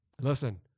Listen